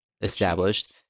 established